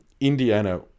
Indiana